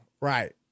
Right